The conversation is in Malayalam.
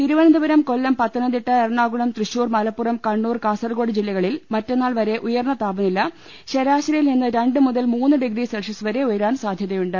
തിരുവനന്തപുരം കൊല്ലം പത്തനംതിട്ട എറണാകുളം തൃശൂർ മലപ്പുറം കണ്ണൂർ കാസർകോട് ജില്ലകളിൽ മറ്റുന്നാൾ വരെ ഉയർന്ന താപനില ശരാശരിയിൽ നിന്ന് രണ്ട് മുതൽ മൂന്ന് ഡിഗ്രി സെൽഷ്യസ് വരെ ഉയരാൻ സാധ്യതയുണ്ട്